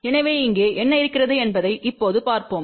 எனவே இங்கே என்ன இருக்கிறது என்பதை இப்போது பார்ப்போம்